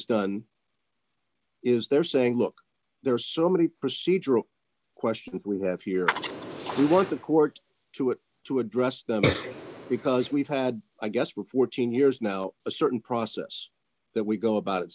has done is they're saying look there are so many procedural questions we have here we want the court to it to address them because we've had i guess for fourteen years now a certain process that we go about